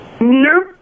Nope